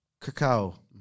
cacao